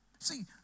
See